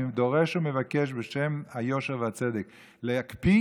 אני דורש ומבקש בשם היושר והצדק להקפיא